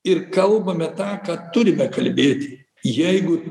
ir kalbame tą ką turime kalbėti jeigu